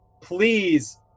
please